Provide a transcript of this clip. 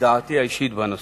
מלהגיד את דעתי האישית בנושא.